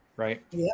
right